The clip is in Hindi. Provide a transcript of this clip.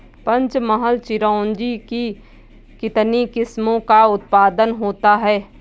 पंचमहल चिरौंजी की कितनी किस्मों का उत्पादन होता है?